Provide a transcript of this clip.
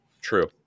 True